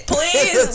Please